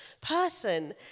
person